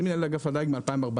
אני מנהל אגף הדיג מ-2014,